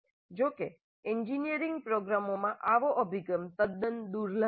જો કે એન્જિનિયરિંગ પ્રોગ્રામમાં આવો અભિગમ તદ્દન દુર્લભ છે